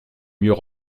mieux